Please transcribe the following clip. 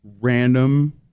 random